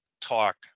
talk